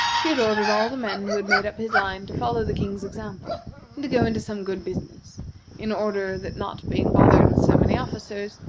she had ordered all the men who had made up his line to follow the king's example and to go into some good business in order that not being bothered with so many officers,